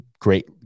great